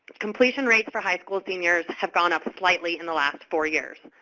completion rates for high school seniors have gone up slightly in the last four years.